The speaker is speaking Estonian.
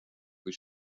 kui